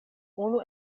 unu